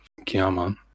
Kiyama